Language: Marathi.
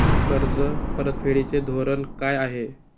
कर्ज परतफेडीचे धोरण काय आहे?